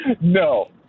No